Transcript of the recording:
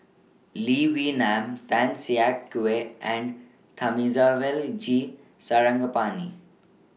Lee Wee Nam Tan Siak Kew and Thamizhavel G Sarangapani